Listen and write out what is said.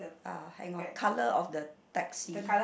ah hang on colour of the taxi